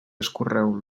escorreu